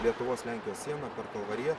lietuvos lenkijos siena per kalvariją